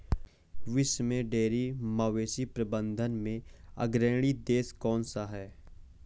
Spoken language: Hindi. विश्व में डेयरी मवेशी प्रबंधन में अग्रणी देश कौन सा है?